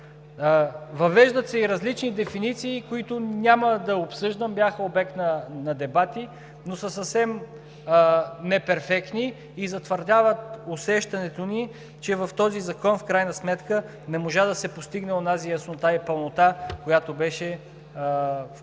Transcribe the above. Въвеждат се и различни дефиниции, които няма да обсъждам, бяха обект на дебати, но са съвсем неперфектни и затвърдяват усещането ни, че в този закон в крайна сметка не можа да се постигне онази яснота и пълнота, която беше всъщност